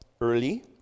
early